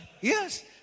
Yes